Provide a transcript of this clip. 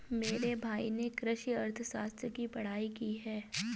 मेरे भाई ने कृषि अर्थशास्त्र की पढ़ाई की है